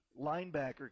linebacker